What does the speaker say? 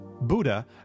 Buddha